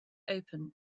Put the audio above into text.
open